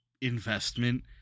investment